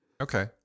okay